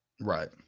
Right